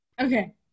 Okay